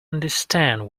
understand